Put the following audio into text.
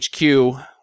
HQ